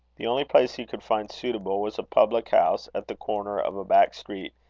the only place he could find suitable, was a public-house at the corner of a back street,